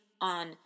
on